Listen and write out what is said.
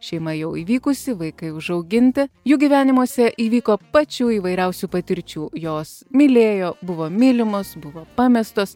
šeima jau įvykusi vaikai užauginti jų gyvenimuose įvyko pačių įvairiausių patirčių jos mylėjo buvo mylimos buvo pamestos